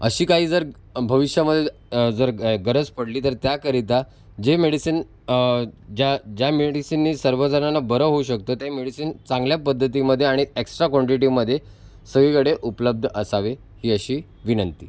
अशी काही जर भविष्यामध्ये जर जर गरज पडली तर त्याकरिता जे मेडिसीन ज्या ज्या मेडिसीननी सर्वजणांना बरं होऊ शकतं ते मेडिसीन चांगल्या पद्धतीमध्ये आणि एक्स्ट्रा क्वांटिटीमध्ये सगळीकडे उपलब्ध असावे ही अशी विनंती